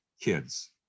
kids